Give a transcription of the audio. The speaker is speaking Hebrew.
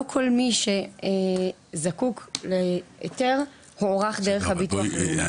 לא כל מי שזקוק להיתר הוערך דרך הביטוח הלאומי.